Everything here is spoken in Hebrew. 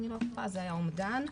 זה היה האומדן,